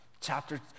Chapter